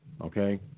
okay